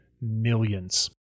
millions